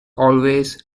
always